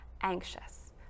anxious